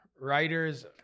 Writers